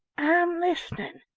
i'm listening.